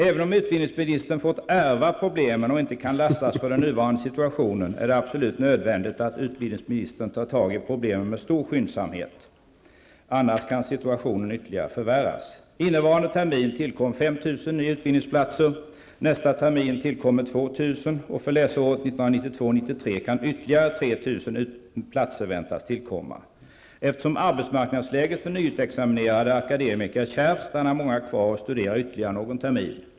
Även om utbildningsministern har fått ärva problemen och inte kan lastas för den nuvarande situationen är det absolut nödvändigt att han tar tag i problemen med stor skyndsamhet, annars kan situationen ytterligare förvärras. Innevarande termin tillkom 5 000 nya utbildningsplatser. Nästa termin tillkommer 2 000, och för läsåret 1992/93 kan ytterligare 3 000 platser väntas tillkomma. Eftersom arbetsmarknadsläget för nyutexaminerade akademiker är kärvt stannar många kvar och studerar ytterligare någon termin.